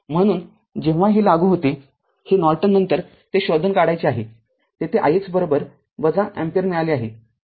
म्हणून जेव्हा हे लागू होते हे नॉर्टन नंतर ते शोधून काढायचे आहे येथे ix अँपिअर मिळाले आहे